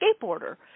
skateboarder